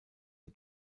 der